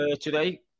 today